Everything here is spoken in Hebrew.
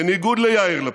בניגוד ליאיר לפיד,